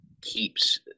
keeps